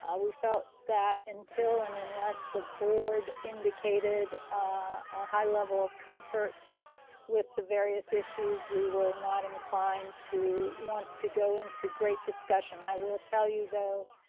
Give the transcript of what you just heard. ah we felt that until and unless the board indicated a high level of comfort with the various issues, we were not inclined to want to go into great discussion. i will tell you though,